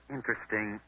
Interesting